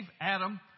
Adam